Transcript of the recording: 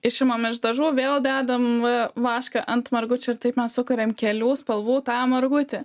išimam iš dažų vėl dedam vašką ant margučių ir taip mes sukuriam kelių spalvų tą margutį